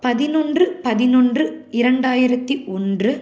பதினொன்று பதினொன்று இரண்டாயிரத்தி ஒன்று